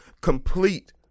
complete